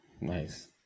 nice